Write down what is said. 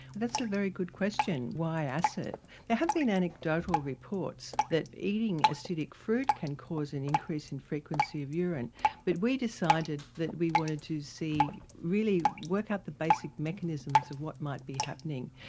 that's a very good question, why acid? there have been anecdotal reports that eating acidic fruit can cause an increase in frequency of urine but we decided that we wanted to see, really work up the basic mechanisms of what might be happening.